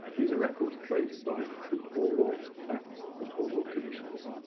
these are records created by and the poor law act, the poor law commissioners.